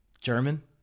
German